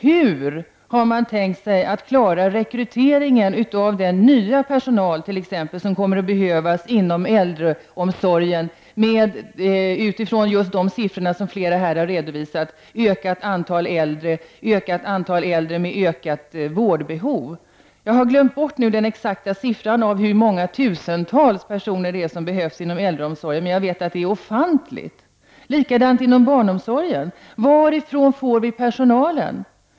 Hur har man tänkt sig att klara rekryteringen av den nya personal som kommer att behövas inom äldreomsorgen med tanke på den ökning av antalet äldre med ett ökat vårdbehov som har redovisats bl.a. i den här debatten. Jag har glömt den exakta siffran på hur många tusentals personer det är som behövs inom äldreomsorgen, men jag vet att siffran är ofantligt hög. Det är likadant inom barnomsorgen. Varifrån får vi personalen?